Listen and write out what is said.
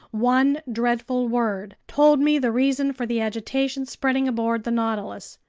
one dreadful word, told me the reason for the agitation spreading aboard the nautilus.